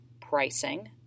pricing